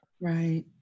Right